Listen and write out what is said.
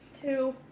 two